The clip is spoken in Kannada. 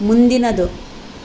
ಮುಂದಿನದು